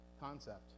concept